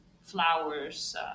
flowers